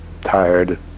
tired